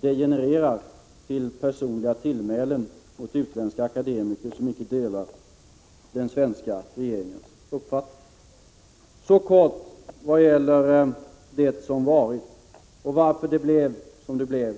degenererar till att komma med personliga tillmälen mot utländska akademiker som icke delar den svenska regeringens uppfattning. Så några ord om det som varit och varför det blev som det blev.